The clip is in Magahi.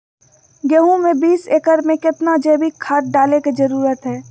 गेंहू में बीस एकर में कितना जैविक खाद डाले के जरूरत है?